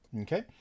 okay